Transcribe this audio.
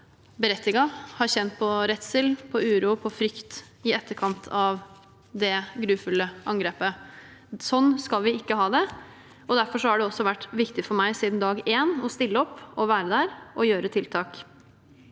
berettiget har kjent på redsel, uro og frykt i etterkant av det grufulle angrepet. Sånn skal vi ikke ha det, og derfor har det også vært viktig for meg fra dag én å stille opp, være der og komme med tiltak.